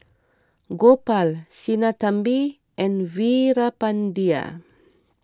Gopal Sinnathamby and Veerapandiya